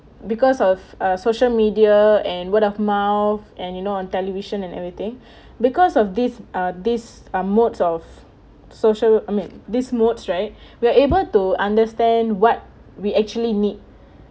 because of uh social media and word of mouth and you know on television and everything because of this uh this uh modes of social I mean this mode rights we are able to understand what we actually need